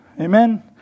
Amen